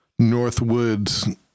Northwoods